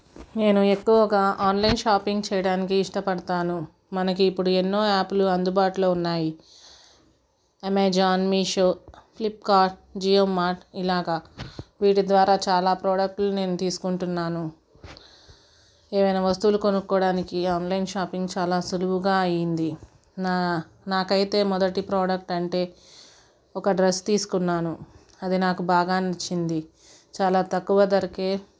నేను ఎక్కువగా online shopping చేయటానికి ఇష్టపడతాను మనకు ఇప్పుడు ఎన్నో యాప్లు అందుబాటులో ఉన్నాయి Amazon Meesho Flipkart Jio Mart ఇలాగా వీటి ద్వారా చాలా ప్రోడక్ట్లు నేను తీసుకుంటూ ఉన్నాను ఏమైనా వస్తువులు కొనుక్కోవటానికి ఆన్లైన్ షాపింగ్ చాలా సులువుగా అయ్యింది నా నాకు అయితే మొదటి ప్రోడక్ట్ అంటే ఒక డ్రెస్ తీసుకున్నాను అది నాకు బాగా నచ్చింది చాలా తక్కువ ధరకే